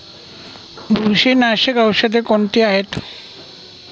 बुरशीनाशक औषधे कोणती आहेत?